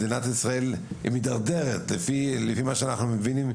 מדינת ישראל היא מתדרדרת לפי מה שאנחנו מבינים,